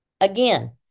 again